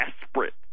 desperate